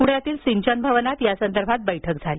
पुण्यातील सिंचन भवनात या संदर्भात बैठक झाली